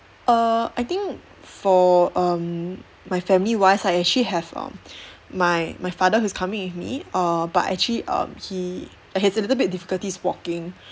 err I think for um my family wise I actually have um my my father who's coming with me err but actually um he has a little bit difficulties walking